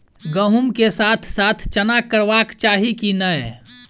गहुम केँ साथ साथ चना करबाक चाहि की नै?